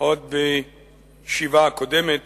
עוד בישיבה הקודמת